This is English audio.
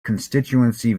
constituency